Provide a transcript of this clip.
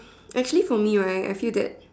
actually for me right I feel that